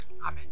amen